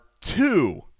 two